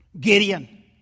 Gideon